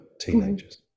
teenagers